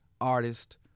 artist